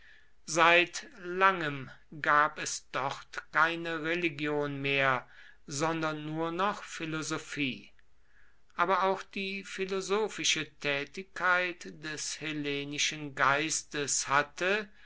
seit langem gab es dort keine religion mehr sondern nur noch philosophie aber auch die philosophische tätigkeit des hellenischen geistes hatte